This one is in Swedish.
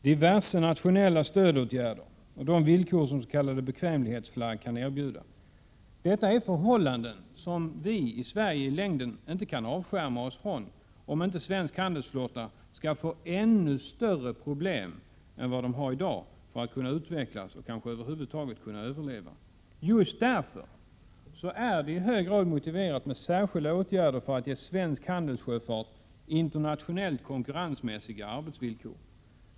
Diverse nationella stödåtgärder och de villkor som s.k. bekvämlighetsflagg kan erbjuda är förhållanden som vi i Sverige i länngden inte kan avskärma oss ifrån, om inte svensk handelsflotta skall få ännu större problem än vad den har i dag i fråga om att utvecklas och kanske över huvud taget överleva. Just därför är det i hög grad motiverat med särskilda åtgärder för att ge svensk handelssjöfart internationellt konkurrensmässiga arbetsvillkor.